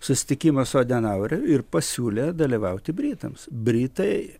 susitikimą su adenaueriu ir pasiūlė dalyvauti britams britai